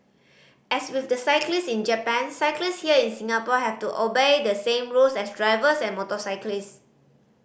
as with the cyclist in Japan cyclists here in Singapore have to obey the same rules as drivers and motorcyclists